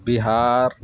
بہار